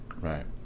Right